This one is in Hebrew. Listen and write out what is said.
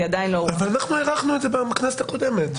אבל אנחנו הארכנו את זה בכנסת הקודמת.